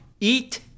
eat